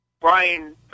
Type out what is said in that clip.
Brian